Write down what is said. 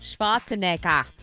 Schwarzenegger